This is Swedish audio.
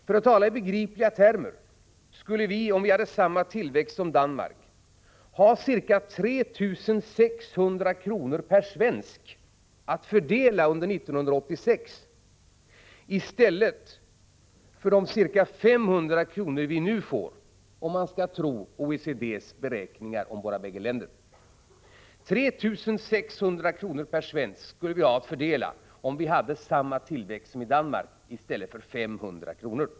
För att tala i begripliga termer skulle vi, om vi hade samma tillväxt som Danmark, ha ca 3 600 kr. per svensk att fördela under 1986 i stället för de ca 500 kr. vi nu får — om man skall tro OECD:s beräkningar om våra bägge länder. 3 600 kr. per svensk skulle vi ha att fördela om vi hade samma tillväxt som i Danmark -— i stället för 500 kr.